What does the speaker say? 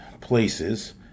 places